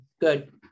good